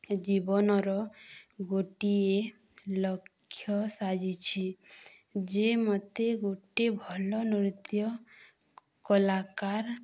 ଜୀବନର ଗୋଟିଏ ଲକ୍ଷ୍ୟ ସାଜିିଛି ଯେ ମୋତେ ଗୋଟେ ଭଲ ନୃତ୍ୟ କଳାକାର